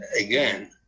Again